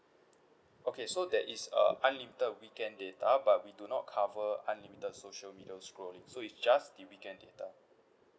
okay so there is a unlimited weekend data but we do not cover unlimited social middle scrolling so it's just the weekend data